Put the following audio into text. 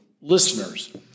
listener's